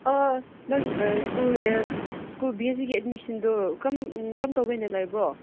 ꯑꯥ ꯅꯪ school A school B ꯑꯦ ꯁꯤꯒꯤ ꯑꯦꯗꯃꯤꯁꯟꯗꯨ ꯀꯔꯝ ꯀꯔꯝ ꯇꯧꯒꯦꯅ ꯂꯩꯕ꯭ꯔꯣ